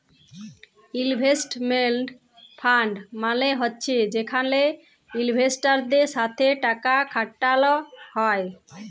investment fund মালে হছে যেখালে ইলভেস্টারদের সাথে টাকা খাটাল হ্যয়